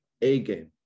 A-game